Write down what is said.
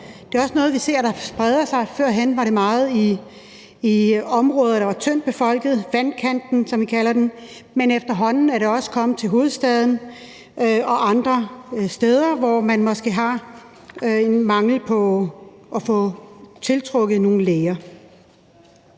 Det er også noget, vi ser sprede sig. Førhen var det meget i områder, der er tyndt befolkede – Vandkantsdanmark, som vi kalder dem – men efterhånden er det også kommet til hovedstaden og andre steder, hvor man måske har svært ved at få tiltrukket nogle læger.